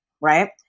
right